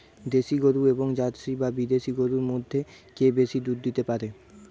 দেশী গরু এবং জার্সি বা বিদেশি গরু মধ্যে কে বেশি দুধ দিতে পারে?